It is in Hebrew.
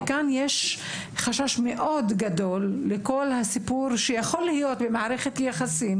וכאן יש חשש מאוד גדול ממשהו שיכול להיות במערכת יחסים